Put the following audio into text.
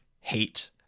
hate